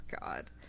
God